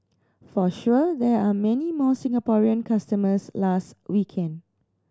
for sure there are many more Singaporean customers last weekend